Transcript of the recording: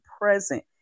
present